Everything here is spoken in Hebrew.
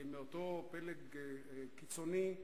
מאותו פלג קיצוני,